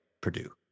Purdue